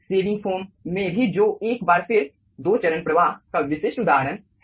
shaving foam में भी जो एक बार फिर दो चरण प्रवाह का विशिष्ट उदाहरण है